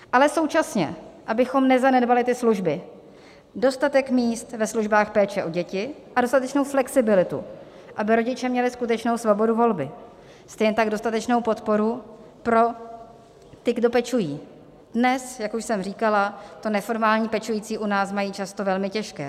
Ale současně abychom nezanedbali ty služby, dostatek míst ve službách péče o děti a dostatečnou flexibilitu, aby rodiče měly skutečnou svobodu volby, stejně tak dostatečnou podporu pro ty, kdo pečují dnes, jak už jsem říkala, to neformální pečující u nás často mají velmi těžké.